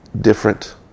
different